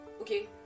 okay